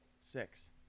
six